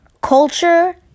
Culture